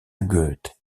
goethe